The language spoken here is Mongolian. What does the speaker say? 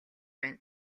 байна